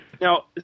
Now